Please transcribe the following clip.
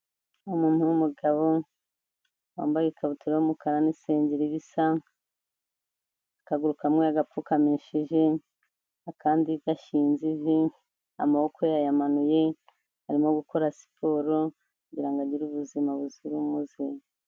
Umuntu w'umugabo, wambaye ikabutura y'umukara n'isengeri bisa, akaguru kamwe yagapfukamishije, akandi gashinze ivi, amaboko yayamanuye, arimo gukora siporo, kugira ngo agire ubuzima buzira umuze.